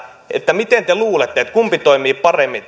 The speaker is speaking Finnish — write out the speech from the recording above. miten te luulette kumpi toimii paremmin